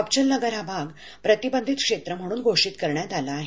अबचलनगर हा भाग प्रतिबंधित क्षेत्र म्हणून घोषित करण्यात आला आहे